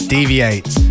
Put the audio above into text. Deviate